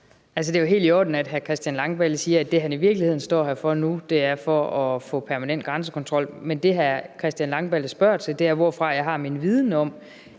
Det er jo helt i orden, at hr. Christian Langballe siger, at det, han i virkeligheden står her for nu, er for at få permanent grænsekontrol. Men det, hr. Christian Langballe spørger til, er, hvorfra jeg har min viden om,